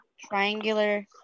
triangular